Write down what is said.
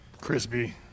Crispy